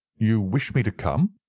you wish me to come?